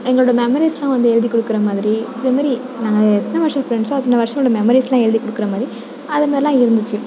எங்களோட மெமரிஸ்யெலாம் வந்து எழுதி கொடுக்கற மாதிரி இது மாரி நாங்கள் எத்தனை வருஷம் ஃப்ரெண்ட்ஸோ அத்தனை வருஷம் உள்ள மெமரிஸ்யெலாம் எழுதி கொடுக்கற மாதிரி அது மாரிலாம் இருந்துச்சு